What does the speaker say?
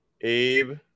Abe